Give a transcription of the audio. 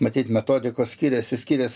matyt metodikos skiriasi skirias